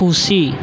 ખુશી